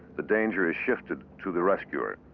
the danger is shifted to the rescuer,